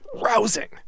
rousing